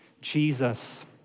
Jesus